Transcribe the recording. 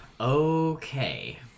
Okay